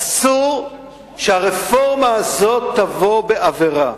אסור שהרפורמה הזאת תבוא בעבירה,